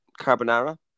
carbonara